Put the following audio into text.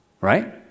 Right